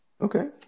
Okay